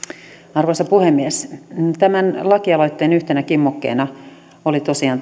arvoisa puhemies tämän lakialoitteen yhtenä kimmokkeena olivat tosiaan